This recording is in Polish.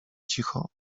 cicho